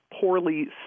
poorly